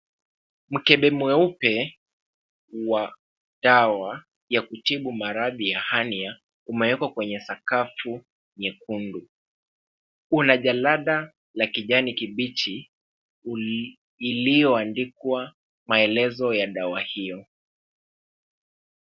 Mkebe mweupe wa dawa ya kutibu maradhi ya Hernia , umewekwa kwenye sakafu nyekundu. Una jalada la kijani kibichi iliyoandikwa maelezo ya dawa hiyo.